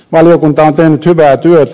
valiokunta on tehnyt hyvää työtä